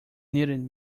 needed